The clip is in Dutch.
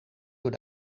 door